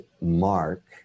Mark